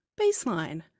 baseline